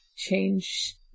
Change